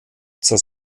zur